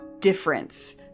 difference